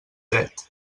dret